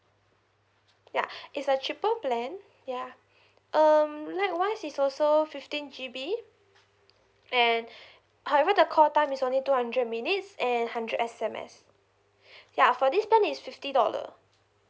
yeah is a cheaper plan yeah um likewise is also fifteen G_B and however the call time is only two hundred minutes and hundred S_M_S yeah for this plan is fifty dollar